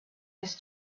his